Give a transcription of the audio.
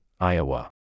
Iowa